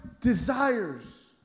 desires